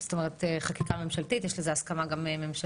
השתלת איברים תיקון - הפנייה להסכמה לתרומת אברים בטפסים מקוונים),